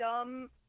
dumb